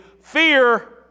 Fear